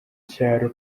cyaro